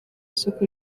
soko